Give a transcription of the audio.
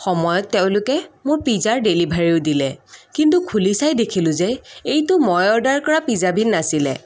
সময়ত তেওঁলোকে মোৰ পিজ্জাৰ ডেলিভাৰীও দিলে কিন্তু খুলি চাই দেখিলোঁ যে এইটো মই অৰ্ডাৰ কৰা পিজ্জাবিধ নাছিলে